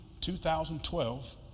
2012